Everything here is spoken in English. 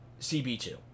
CB2